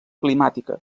climàtica